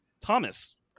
Thomas